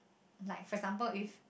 like for example if